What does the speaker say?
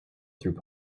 through